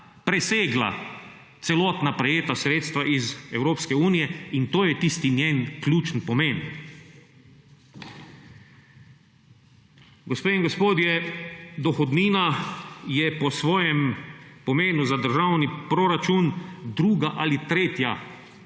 presegla celotna prejeta sredstva iz Evropske unije, in to je tisti njen ključni pomen. Gospe in gospodje, dohodnina je po svojem pomenu za državni proračun druga ali tretja